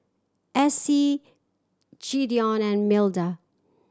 Essie Gideon and Milda